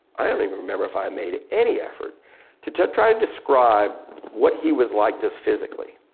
i don't even remember if i made any effort to to try and describe what he was like just physically.